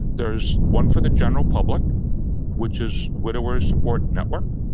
there's one for the general public which is widowers support network.